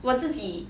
我自己